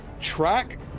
track